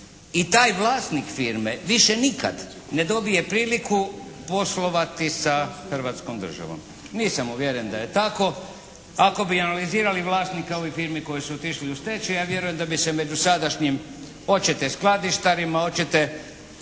i taj vlasnik firme više nikad ne dobije priliku poslovati sa Hrvatskom državom. Nisam uvjeren da je tako. Ako bi analizirali vlasnike ovih firmi koje su otišle u stečaj, ja vjerujem da bi se među sadašnjim hoćete skladištarima, hoćete